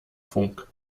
funk